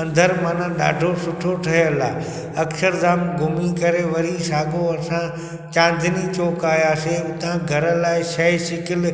अंदरि माना ॾाढो सुठो ठहियल आहे अक्षरधाम घुमीं करे वरी साॻो असां चांदनी चौक आयासीं हुतां घर लाइ शइ शिकील